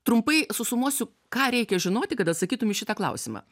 trumpai susumuosiu ką reikia žinoti kad atsakytum į šį klausimą